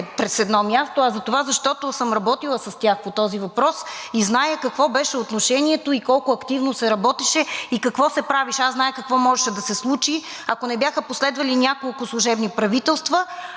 през едно място, а понеже съм работила с тях по този въпрос, зная какво беше отношението, колко активно се работеше и какво се правеше. Аз зная какво можеше да се случи, ако не бяха последвали няколко служебни правителства,